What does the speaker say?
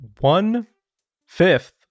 one-fifth